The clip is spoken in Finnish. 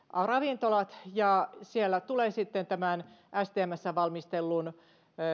ravintolat ja siellä tulee sitten tämän stmssä valmistellun